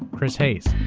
chris hayes.